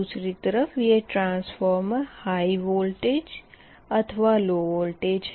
दूसरी तरफ़ यह ट्रांसफॉर्मर हाई वोल्टेज अथवा लो वोल्टेज है